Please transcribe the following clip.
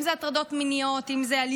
אם זה הטרדות מיניות,